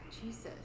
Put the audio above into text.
Jesus